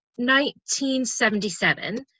1977